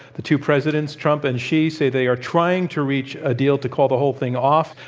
the two presidents, trump and xi, say they are trying to reach a deal to call the whole thing off.